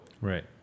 Right